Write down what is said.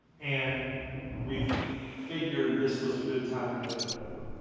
and we figured this was a good time to go to dover.